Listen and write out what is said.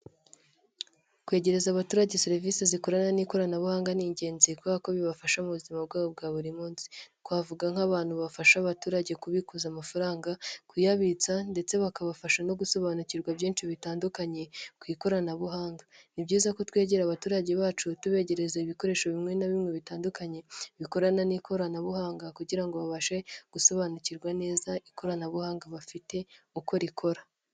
kwegereza abaturage serivisi zikorana n'ikoranabuhanga ni ingenzi kubera ko bibafasha mu buzima bwabo bwa buri munsi, twavuga nk'abantu bafasha abaturage kubikuza amafaranga kuyabitsa ndetse bakabafasha no gusobanukirwa byinshi bitandukanye ku ikoranabuhanga ,ni byiza ko twegera abaturage bacu tubegereza ibikoresho bimwe na bimwe bitandukanye bikorana n'ikoranabuhanga kugira ngo babashe ,gusobanukirwa neza ikoranabuhanga bafite uko rikora.